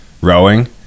rowing